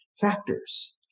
factors